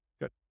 good